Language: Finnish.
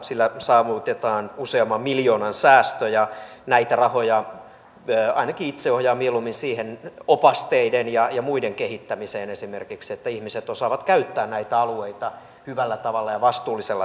sillä saavutetaan useamman miljoonan säästö ja näitä rahoja ainakin itse ohjaan mieluummin siihen opasteiden ja muiden kehittämiseen esimerkiksi että ihmiset osaavat käyttää näitä alueita hyvällä tavalla ja vastuullisella tavalla